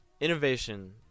innovation